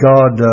God